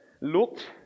looked